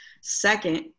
second